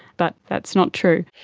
but that's not true.